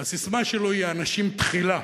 הססמה שלו היא "האנשים תחילה".